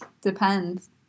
depends